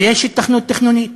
ויש היתכנות תכנונית.